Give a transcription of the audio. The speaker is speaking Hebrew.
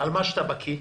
במה שאתה בקי,